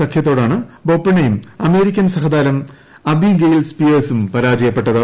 സഖ്യത്തോടാണ് ബൊപ്പണ്ണയും അമേരിക്കൻ സഹതാരം അബിഗെയിൽ സ്പിയേർസും പരാജയപ്പെട്ടത്